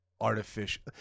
artificial